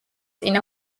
წინ